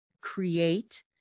create